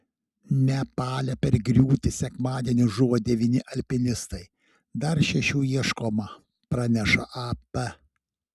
nepale per griūtį sekmadienį žuvo devyni alpinistai dar šešių ieškoma praneša ap